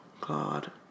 god